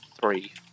three